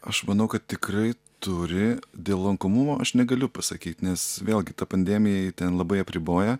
aš manau kad tikrai turi dėl lankomumo aš negaliu pasakyt nes vėlgi ta pandemija ji ten labai apriboja